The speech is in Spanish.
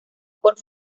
por